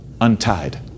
untied